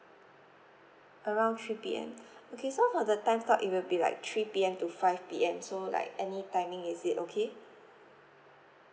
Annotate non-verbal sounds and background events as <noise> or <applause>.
around three P_M <breath> okay so for the time slot it will be like three P_M to five P_M so like any timing is it okay